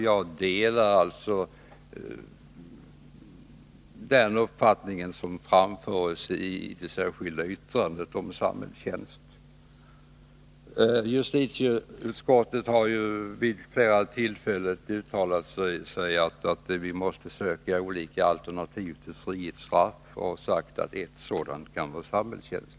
Jag instämmer i det som framförs i det särskilda yttrandet om samhällstjänst. Justitieutskottet har vid flera tillfällen uttalat sig för att man skall söka olika alternativ till frihetsstraff och sagt att ett sådant kan vara samhällstjänst.